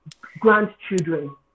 grandchildren